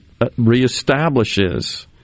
reestablishes